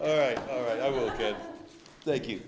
all right all right ok thank you